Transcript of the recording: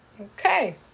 okay